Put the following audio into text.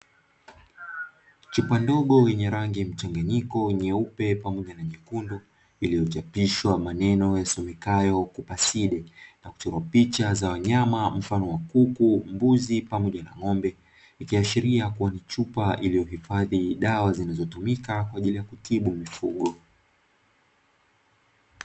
Chupa ndogo yenye rangi mchanganyiko nyeupe pamoja na nyekundu, iliyochapishwa maneno yasomekayo "kupa side", na kuchorwa picha za wanyama mfano wa kuku, mbuzi pamoja na ng'ombe, ikiashiria kuwa ni chupa iliyohifadhi dawa zilizotumika kwa ajili ya kutibu mifugo.